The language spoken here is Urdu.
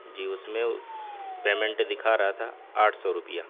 جی اس میں پیمنٹ دکھا رہا تھا آٹھ سو روپیہ